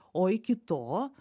o iki to